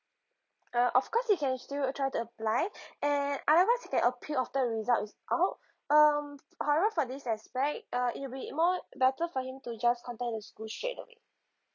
uh of course he can still a~ try to apply and otherwise he can appeal after the result is out um however for this aspect uh it'll be more better for him to just contact the school straight away